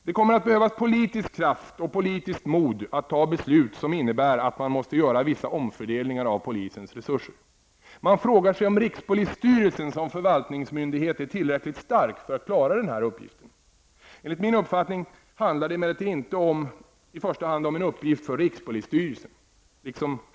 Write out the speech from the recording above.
Det kommer att behövas politisk kraft och politiskt mod att ta beslut som innebär att man måste göra vissa omfördelningar av polisens resurser. Många frågar sig om rikspolisstyrelsen som förvaltningsmyndighet är tillräckligt stark för att klara denna uppgift. Enligt min uppfattning handar det emellertid inte i första hand om en uppgift för rikspolisstyrelsen.